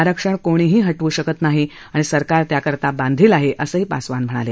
आरक्षण कोणीही हटवू शकत नाही आणि सरकार त्याकरता बांधील आहे असंही पासवान म्हणाले